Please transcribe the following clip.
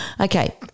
Okay